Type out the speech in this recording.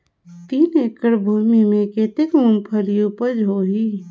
तीन एकड़ भूमि मे कतेक मुंगफली उपज होही?